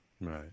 Right